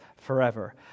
forever